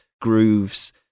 grooves